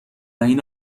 اینو